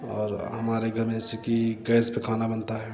और हमारे घर में जैसे कि गैस पर खाना बनता है